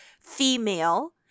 female